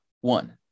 one